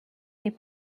des